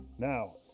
now,